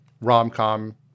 rom-com